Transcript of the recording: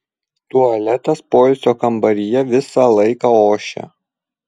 tualetas poilsio kambaryje visą laiką ošia